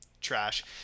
trash